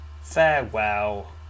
farewell